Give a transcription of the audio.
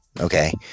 Okay